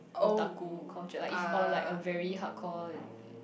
Otaku culture like if or like a very hardcore um